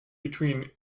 between